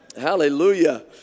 Hallelujah